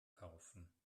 kaufen